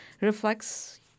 reflects